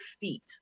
feet